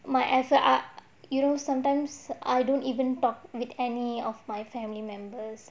my effort err you know sometimes I don't even talk with any of my family members